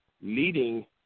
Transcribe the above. leading